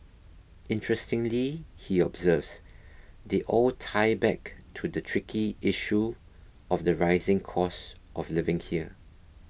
interestingly he observes they all tie back to the tricky issue of the rising cost of living here